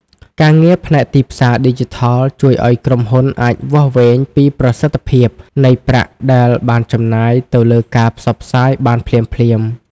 ការងារផ្នែកទីផ្សារឌីជីថលជួយឱ្យក្រុមហ៊ុនអាចវាស់វែងពីប្រសិទ្ធភាពនៃប្រាក់ដែលបានចំណាយទៅលើការផ្សព្វផ្សាយបានភ្លាមៗ។